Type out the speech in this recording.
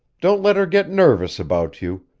don't let her get nervous about you,